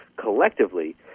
collectively